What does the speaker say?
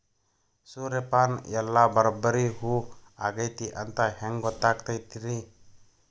ಸೂರ್ಯಪಾನ ಎಲ್ಲ ಬರಬ್ಬರಿ ಹೂ ಆಗೈತಿ ಅಂತ ಹೆಂಗ್ ಗೊತ್ತಾಗತೈತ್ರಿ?